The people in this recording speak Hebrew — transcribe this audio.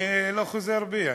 אני לא חוזר בי.